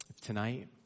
Tonight